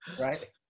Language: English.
right